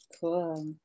Cool